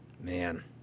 Man